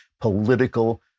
political